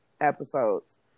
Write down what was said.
episodes